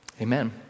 Amen